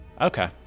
Okay